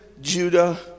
Judah